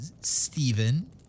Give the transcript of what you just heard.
Stephen